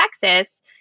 Texas